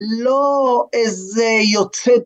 ‫לא איזה יוצא...